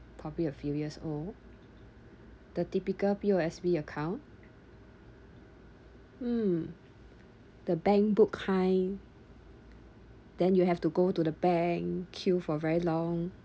probably a few years old the typical P_O_S_B account mm the bank book kind then you'll have to go to the bank queue for very long